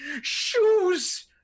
shoes